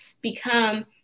become